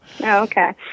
okay